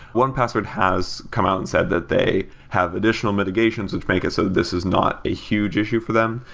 one password has come out and said that they have additional mitigations which make it, so this is not a huge issue for them.